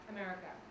America